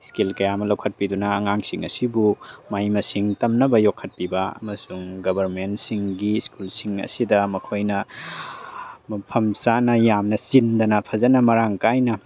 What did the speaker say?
skill ꯀꯌꯥ ꯑꯃ ꯂꯧꯈꯠꯄꯤꯗꯨꯅ ꯑꯉꯥꯡꯁꯤꯡ ꯑꯁꯤꯕꯨ ꯃꯍꯩ ꯃꯁꯤꯡ ꯇꯝꯅꯕ ꯌꯣꯛꯈꯠꯄꯤꯕ ꯑꯃꯁꯨꯡ ꯒꯣꯔꯃꯦꯟꯁꯤꯡꯒꯤ ꯁ꯭ꯀꯨꯜꯁꯤꯡ ꯑꯁꯤꯗ ꯃꯈꯣꯏꯅ ꯃꯐꯝ ꯆꯥꯅ ꯌꯥꯝꯅ ꯆꯤꯟꯗꯅ ꯐꯖꯅ ꯃꯔꯥꯡ ꯀꯥꯏꯅ